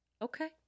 Okay